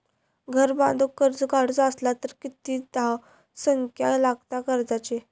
घर बांधूक कर्ज काढूचा असला तर किती धावसंख्या लागता कर्जाची?